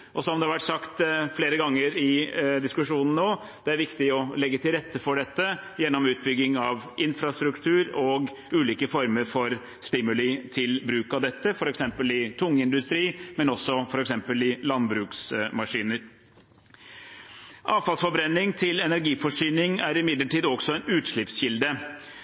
Og som det har vært sagt flere ganger i diskusjonen nå, er det viktig å legge til rette for dette gjennom utbygging av infrastruktur og ulike former for stimuli til bruk av dette, f.eks. i tungindustrien og for landbruksmaskiner. Avfallsforbrenning til energiforsyning er imidlertid også en utslippskilde,